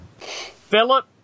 Philip